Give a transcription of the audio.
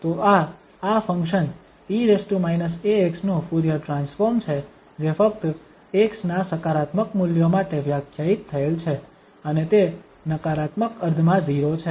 તો આ આ ફંક્શન e ax નું ફુરીયર ટ્રાન્સફોર્મ છે જે ફક્ત x ના સકારાત્મક મૂલ્યો માટે વ્યાખ્યાયિત થયેલ છે અને તે નકારાત્મક અર્ધમાં 0 છે